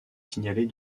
signalée